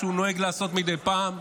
שהוא נוהג לעשות מדי פעם,